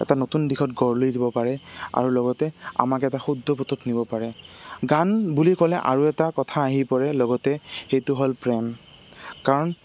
এটা নতুন দিশত গঢ়লৈ দিব পাৰে আৰু লগতে আমাক এটা শুদ্ধ পথত নিব পাৰে গান বুলি ক'লে আৰু এটা কথা আহি পৰে লগতে সেইটো হ'ল প্ৰেম কাৰণ